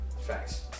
Facts